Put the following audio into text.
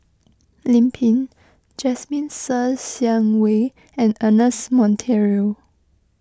Lim Pin Jasmine Ser Xiang Wei and Ernest Monteiro